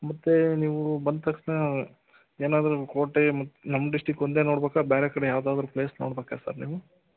ಮತ್ತೆ ನೀವು ಬಂದ ತಕ್ಷಣ ಏನಾದರೂ ಕೋಟೆ ನಮ್ಮ ಡಿಸ್ಟ್ರಿಕ್ ಒಂದೇ ನೋಡಬೇಕಾ ಬೇರೆ ಕಡೆ ಯಾವುದಾದ್ರೂ ಪ್ಲೇಸ್ ನೋಡಬೇಕಾ ಸರ್ ನೀವು